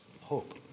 hope